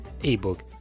ebook